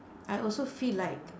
I also feel like